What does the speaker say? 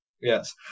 Yes